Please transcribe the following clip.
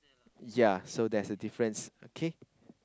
ya so there's a difference okay